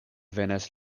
venas